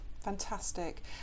Fantastic